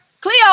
Cleo